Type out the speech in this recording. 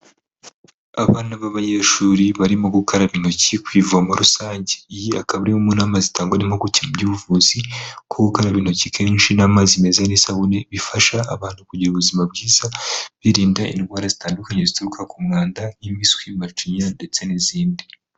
Abana b'abanyeshuri barimo gukaraba intoki ku ivomo rusange iyi akabawe n'mazi zitangwa'u guke by'ubuvuzikaraba intoki kenshi n'amazi meza n'isabune bifasha abantu kugira ubuzima bwiza birinda indwara zitandukanye zituruka ku mwanda nk'imipiswi bacinya ndetse n'izindi.